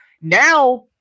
now